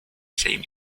same